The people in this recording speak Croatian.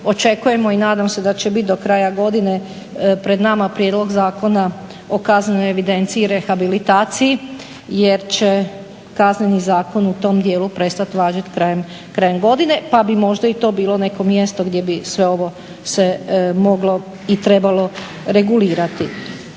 očekujemo i nadam se da će bit do kraja godine pred nama Prijedlog zakona o Kaznenoj evidenciji i rehabilitaciji jer će Kazneni zakon u tom dijelu prestat važit krajem godine pa bi možda i to bilo neko mjesto gdje bi sve ovo se moglo i trebalo regulirati.